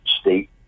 state